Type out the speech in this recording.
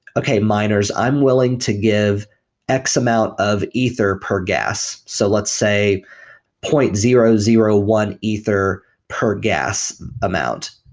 okay. miners, i'm willing to give x-amount of ether per gas. so let's say point zero zero one ether per gas amount.